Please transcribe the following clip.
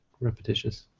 repetitious